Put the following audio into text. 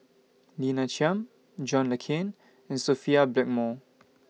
Lina Chiam John Le Cain and Sophia Blackmore